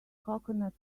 coconut